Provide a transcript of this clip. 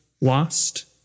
lost